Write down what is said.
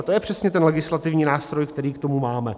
To je přesně ten legislativní nástroj, který k tomu máme.